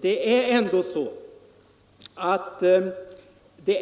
Det är ju fråga